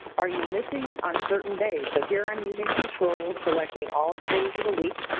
are you missing it on certain days? so here, i'm using control, selecting all the days of the week,